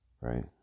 right